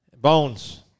Bones